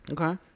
Okay